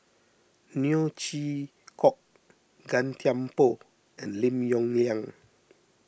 Neo Chwee Kok Gan Thiam Poh and Lim Yong Liang